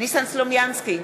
ניסן סלומינסקי,